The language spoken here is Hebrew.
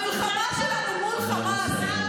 המלחמה שלנו מול חמאס.